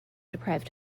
deprived